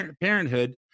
Parenthood